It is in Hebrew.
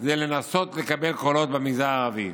זה לנסות לקבל קולות במגזר הערבי.